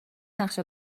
نقشه